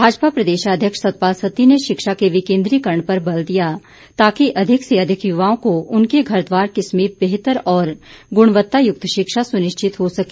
भाजपा प्रदेशाध्यक्ष सतपाल सत्ती ने शिक्षा के विकेंद्रीकरण पर बल दिया ताकि अधिक से अधिक युवाओं को उनके घर द्वार के समीप बेहतर और गुणवत्तायुक्त शिक्षा सुनिश्चित हो सके